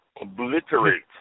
obliterate